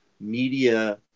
media